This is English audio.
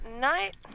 night